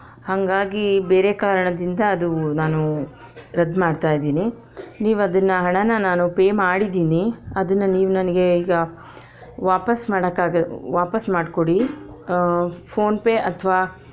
ಹಾಗಾಗಿ ಬೇರೆ ಕಾರಣದಿಂದ ಅದು ನಾನು ರದ್ದು ಮಾಡ್ತಾಯಿದ್ದೀನಿ ನೀವದನ್ನು ಹಣನ ನಾನು ಪೇ ಮಾಡಿದ್ದೀನಿ ಅದನ್ನು ನೀವು ನನಗೆ ಈಗ ವಾಪಸ್ಸು ಮಾಡೋಕ್ಕೆ ವಾಪಾಸ್ಸು ಮಾಡಿ ಕೊಡಿ ಫೋನ್ ಪೇ ಅಥ್ವಾ